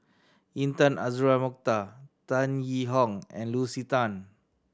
Intan Azura Mokhtar Tan Yee Hong and Lucy Tan